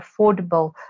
affordable